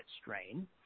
strain